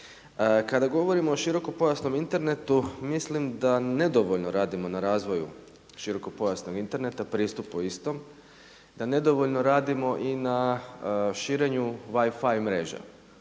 Kada govorimo o širokopojasnom internetu mislim da nedovoljno radimo na razvoju širokopojasnog interneta, pristupu istom, na nedovoljno radimo i na širenju WiFi mreže.